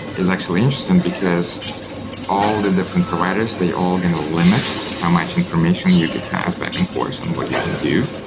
it's actually interesting, because all the different providers, they all going to limit how much information you could pass back and forth and what you can do.